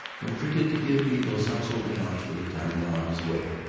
don't forget to give me those household accounts for the time while i was away.